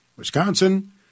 Wisconsin